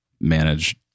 manage